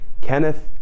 Kenneth